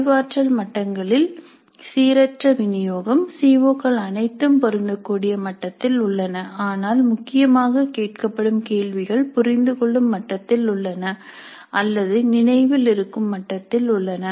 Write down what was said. அறிவாற்றல் மட்டங்களில் சீரற்ற விநியோகம் சிஓக்கள் அனைத்தும் பொருந்தக்கூடிய மட்டத்தில் உள்ளன ஆனால் முக்கியமாக கேட்கப்படும் கேள்விகள் புரிந்துகொள்ளும் மட்டத்தில் உள்ளன அல்லது நினைவில் இருக்கும் மட்டத்தில் உள்ளன